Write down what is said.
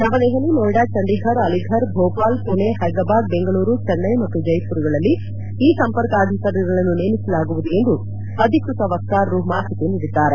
ನವದೆಹಲಿ ನೋಯ್ಡಾ ಚಂಡೀಘರ್ ಅಲಿಫರ್ ಭೋಪಾಲ್ ಪುಣೆ ಹೈದರಾಬಾದ್ ಬೆಂಗಳೂರು ಚೆನ್ನೈ ಮತ್ತು ಜೈಪುರ್ಗಳಲ್ಲಿ ಈ ಸಂಪರ್ಕಾಧಿಕಾರಿಗಳನ್ನು ನೇಮಿಸಲಾಗುವುದು ಎಂದು ಅಧಿಕೃತ ವಕ್ತಾರರು ಮಾಹಿತಿ ನೀಡಿದ್ದಾರೆ